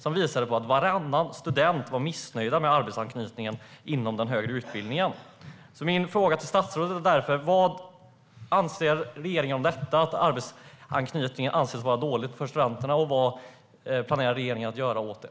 Den visade att varannan student var missnöjd med arbetsanknytningen inom den högre utbildningen. Min fråga till statsrådet är därför: Vad anser regeringen om att arbetsanknytningen anses vara dålig för studenterna? Vad planerar regeringen att göra åt det?